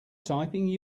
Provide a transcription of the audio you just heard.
typing